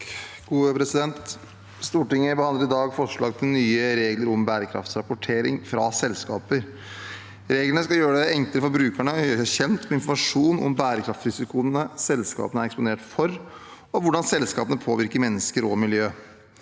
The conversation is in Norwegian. Stor- tinget behandler i dag forslag til nye regler om bærekraftsrapportering fra selskaper. Reglene skal gjøre det enklere for brukerne å gjøre seg kjent med informasjon om bærekraftsrisikoene selskapene er eksponert for, og hvordan selskapene påvirker mennesker og miljø.